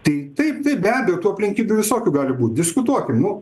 tai taip taip be abejo tų aplinkybių visokių gali būt diskutuokim nu